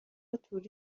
طوری